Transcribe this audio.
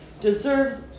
deserves